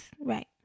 right